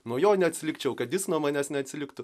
nuo jo neatsilikčiau kad jis nuo manęs neatsiliktų